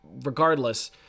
regardless